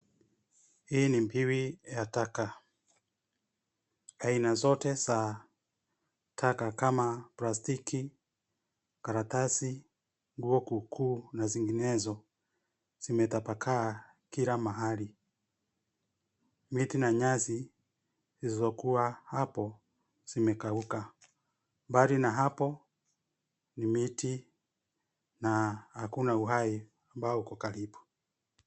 Hii ni mbiwi ya taka. Aina zote za taka kama plastiki, karatasi, nguo kuu kuu na zinginezo zimetapakaa kila mahali. Miti na nyasi zilizokuwa hapo zimekauka. Mbali na hapo ni miti na hakuna uhai ambao uko karibu.